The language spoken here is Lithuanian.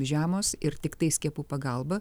žemos ir tiktai skiepų pagalba